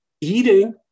eating